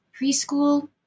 preschool